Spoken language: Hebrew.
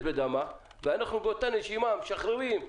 ובאותה נשימה אנחנו משחררים.